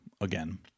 again